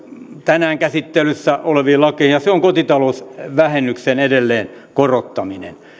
tänään käsittelyssä oleviin lakeihin ja se on kotitalousvähennyksen edelleen korottaminen